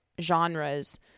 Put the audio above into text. genres